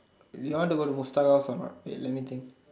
you want to go to Mustafa from wait let me think